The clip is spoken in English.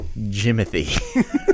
Jimothy